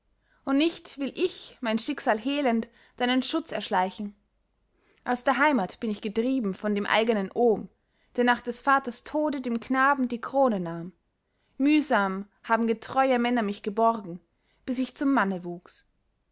und nicht will ich mein schicksal hehlend deinen schutz erschleichen aus der heimat bin ich getrieben von dem eigenen ohm der nach des vaters tode dem knaben die krone nahm mühsam haben getreue männer mich geborgen bis ich zum manne wuchs